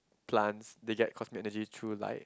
plants they get cosmic energy through light